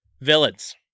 Villains